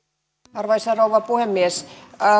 arvoisa rouva puhemies